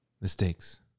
Mistakes